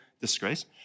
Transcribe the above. disgrace